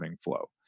flow